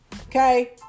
Okay